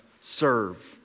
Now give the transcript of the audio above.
Serve